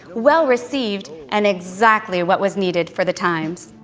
well received and exactly what was needed for the times.